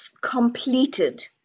completed